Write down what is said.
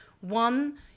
one